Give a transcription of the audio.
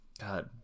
God